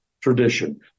tradition